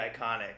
iconic